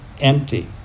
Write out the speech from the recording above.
empty